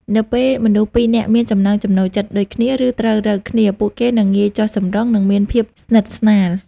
នៅពេលមនុស្សពីរនាក់មានចំណង់ចំណូលចិត្តដូចគ្នា ឬត្រូវរ៉ូវគ្នា ពួកគេនឹងងាយចុះសម្រុង និងមានភាពស្និទ្ធស្នាល។